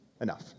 Enough